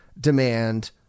demand